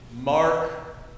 mark